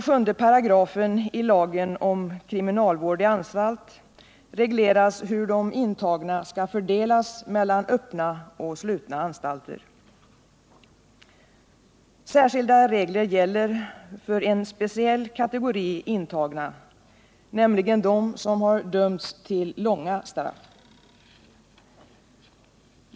17 § i lagen om kriminalvård i anstalt regleras hur de intagna skall fördelas mellan öppna och slutna anstalter. Särskilda regler gäller för en speciell kategori intagna, nämligen dem som dömts till långa straff.